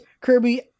Kirby